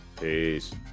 Peace